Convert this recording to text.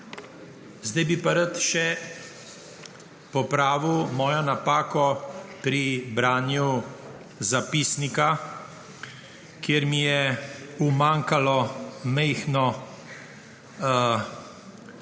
Zdaj bi pa rad še popravil svojo napako pri branju zapisnika, kjer mi je umanjkalo majhno